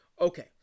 Okay